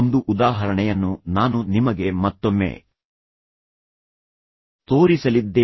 ಒಂದು ಉದಾಹರಣೆಯನ್ನು ನಾನು ನಿಮಗೆ ಮತ್ತೊಮ್ಮೆ ತೋರಿಸಲಿದ್ದೇನೆ